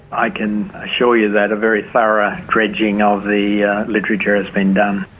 i can assure you that a very thorough dredging of the literature is being done.